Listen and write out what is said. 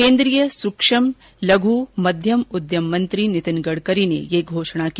केन्द्रीय सुक्ष्म लघु और मध्यम उद्यम मंत्री नितिन गडकरी ने ये घोषणा की